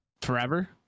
forever